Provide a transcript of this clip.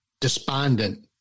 despondent